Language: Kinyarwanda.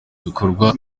bikorwa